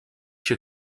się